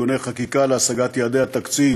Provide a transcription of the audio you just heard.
(תיקוני חקיקה להשגת יעדי התקציב